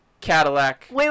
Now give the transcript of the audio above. Cadillac